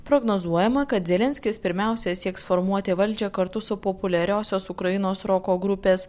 prognozuojama kad zelenskis pirmiausia sieks formuoti valdžią kartu su populiariosios ukrainos roko grupės